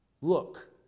Look